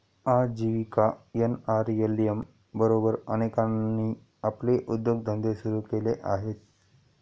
आजीविका एन.आर.एल.एम बरोबर अनेकांनी आपले उद्योगधंदे सुरू केले आहेत